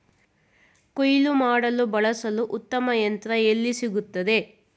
ಕುಯ್ಲು ಮಾಡಲು ಬಳಸಲು ಉತ್ತಮ ಯಂತ್ರ ಎಲ್ಲಿ ಸಿಗುತ್ತದೆ?